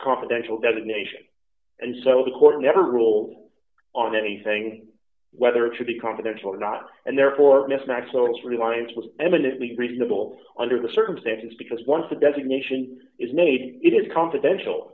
confidential designation and so the court never ruled on anything whether it should be confidential or not and therefore mismatch so its reliance was eminently reasonable under the circumstances because once a designation is made it is confidential